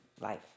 life